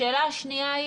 השאלה השנייה.